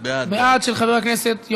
מניעת רעש ממערכת כריזה